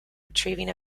retrieving